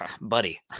Buddy